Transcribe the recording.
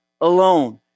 alone